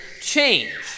change